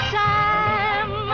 time